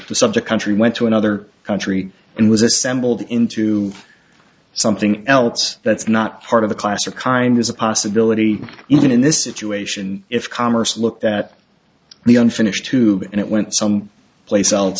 subject country went to another country and was assembled into something else that's not part of the class or kind is a possibility even in this situation if commerce looked at the unfinished tube and it went some place else